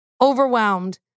overwhelmed